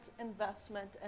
investment